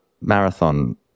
marathon